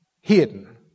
hidden